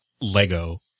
Lego